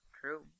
True